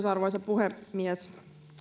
arvoisa puhemies